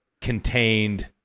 contained